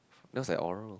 looks like oral